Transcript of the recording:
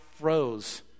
froze